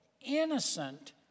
innocent